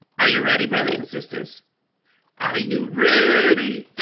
are you ready brothers and sisters are you ready?